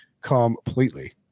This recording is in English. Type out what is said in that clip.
completely